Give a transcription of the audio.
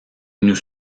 nous